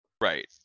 Right